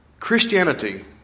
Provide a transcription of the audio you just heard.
Christianity